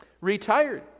retired